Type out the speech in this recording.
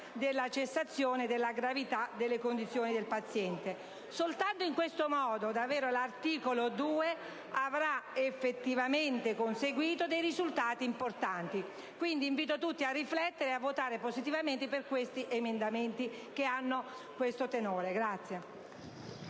della cessazione della gravità delle condizioni del paziente. Soltanto in questo modo l'articolo 2 avrà effettivamente conseguito dei risultati importanti. Quindi, invito tutti a riflettere e a votare positivamente per tali emendamenti, che hanno questo tenore.